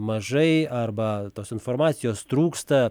mažai arba tos informacijos trūksta